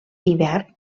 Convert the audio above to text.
hivern